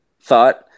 thought